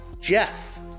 Jeff